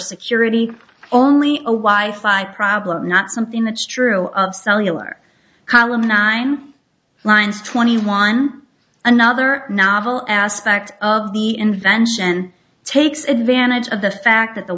security only a wife i problem not something that's true of cellular column nine lines twenty one another novel aspect of the invention takes advantage of the fact that the